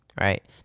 right